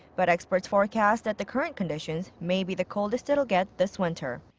but experts forecast that the current conditions may be the coldest it'll get this winter.